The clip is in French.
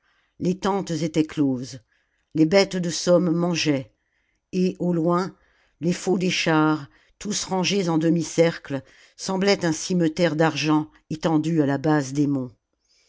les tentes étaient closes les bêtes de somme mangeaient et au loin les faux des chars tous rangés en demi-cercle semblaient un cimeterre d'argent étendu à la base des monts